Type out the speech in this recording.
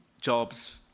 jobs